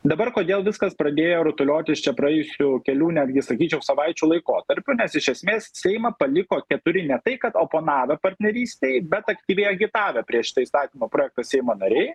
dabar kodėl viskas pradėjo rutuliotis čia praėjusių kelių netgi sakyčiau savaičių laikotarpiu nes iš esmės seimą paliko keturi ne tai kad oponavę partnerystei bet aktyviai agitavę prieš tą įstatymo projektą seimo nariai